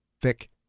thick